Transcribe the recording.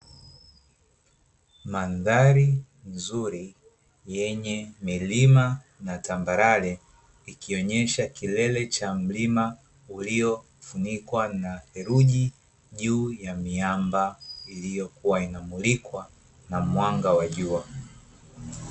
Mandhari nzuri yenye milima na tambarale, ikionyesha kilele cha mlima uliofunikwa na theluji, juu ya miamba iliyokuwa inamulikwa na mwanga wajua.